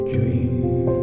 Dream